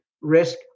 risk